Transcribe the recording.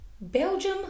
Belgium